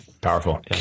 Powerful